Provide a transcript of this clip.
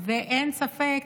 ואין ספק